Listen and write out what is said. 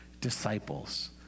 disciples